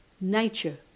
nature